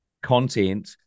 content